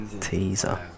Teaser